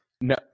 No